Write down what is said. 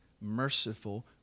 merciful